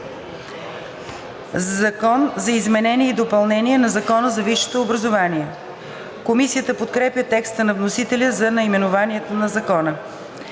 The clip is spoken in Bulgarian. за изменение и допълнение на Закона за висшето образование“.“ Комисията подкрепя текста на вносителя за наименованието на Закона.